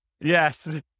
yes